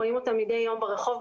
רואים אותם מדי יום ברחוב,